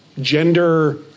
gender